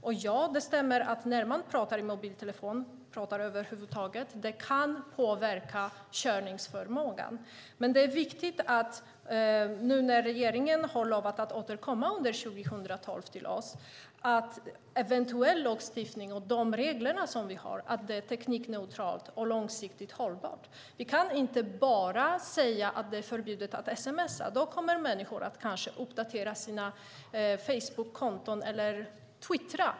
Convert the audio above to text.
Och det stämmer att det kan påverka körförmågan när man pratar i mobiltelefon, och när man pratar över huvud taget. Men regeringen har lovat att återkomma till oss under 2012, och då är det viktigt att eventuell lagstiftning och de regler som vi har är teknikneutrala och långsiktigt hållbara. Vi kan inte bara säga att det är förbjudet att sms:a. Då kommer människor kanske att uppdatera sina facebookkonton eller twittra.